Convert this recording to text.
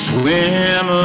Swim